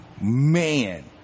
Man